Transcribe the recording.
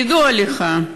כידוע לך,